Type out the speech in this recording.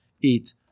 eat